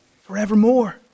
forevermore